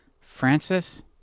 Francis